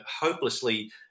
hopelessly